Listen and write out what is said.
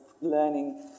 learning